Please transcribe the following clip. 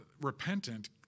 repentant